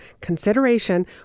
consideration